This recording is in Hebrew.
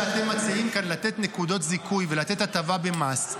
לתת נקודות זיכוי ולתת הטבה במס,